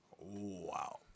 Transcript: Wow